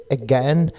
again